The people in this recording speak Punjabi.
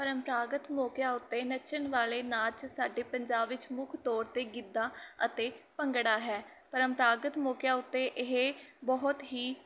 ਪਰੰਪਰਾਗਤ ਮੌਕਿਆਂ ਉਤੇ ਨੱਚਣ ਵਾਲੇ ਨਾਚ ਸਾਡੇ ਪੰਜਾਬ ਵਿੱਚ ਮੁੱਖ ਤੌਰ 'ਤੇ ਗਿੱਧਾ ਅਤੇ ਭੰਗੜਾ ਹੈ ਪਰੰਪਰਾਗਤ ਮੌਕਿਆ ਉੱਤੇ ਇਹ ਬਹੁਤ ਹੀ